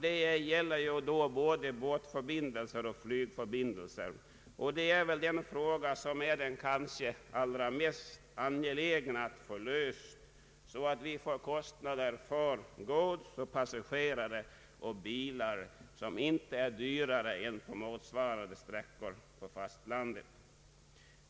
Det gäller här både båtförbindelser och flygförbindel ser. Det mest angelägna problemet är här att få kostnader för transport av gods, passagerare och bilar som inte är högre än kostnader på motsvarande sträckor på fastlandet.